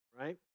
right